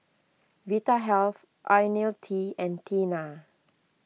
Vitahealth Ionil T and Tena